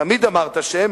תמיד אמרת שהם